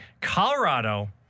Colorado